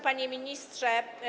Panie Ministrze!